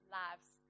lives